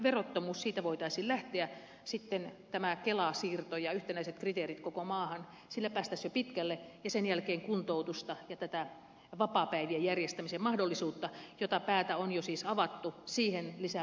siitä voitaisiin lähteä sitten tällä kela siirrolla ja yhtenäisillä kriteereillä koko maahan päästäisiin jo pitkälle ja sen jälkeen kuntoutukseen ja vapaapäivien järjestämisen mahdollisuuteen jota päätä on jo siis avattu lisää paukkuja